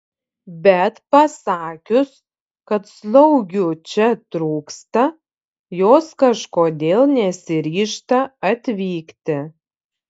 bet pasakius kad slaugių čia trūksta jos kažkodėl nesiryžta atvykti